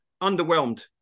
Underwhelmed